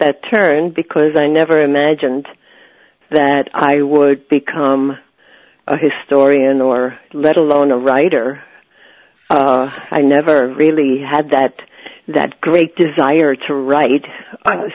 that turn because i never imagined that i would become a historian or let alone a writer i never really had that that great desire to wri